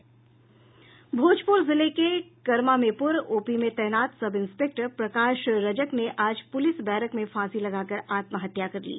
भोजपूर जिले के कर्मामेपूर ओपी में तैनात सब इंस्पेक्टर प्रकाश रजक ने आज पुलिस बैरक में फांसी लगाकर आत्महत्या कर ली